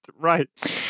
right